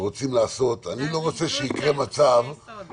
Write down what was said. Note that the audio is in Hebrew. שרוצים לעשות אני לא רוצה שיקרה מצב -- זה הזלזול שלהם בחוקי-יסוד.